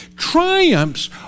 triumphs